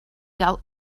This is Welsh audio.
gael